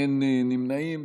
אין נמנעים.